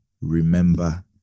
remember